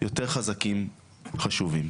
היותר חזקים חשובים,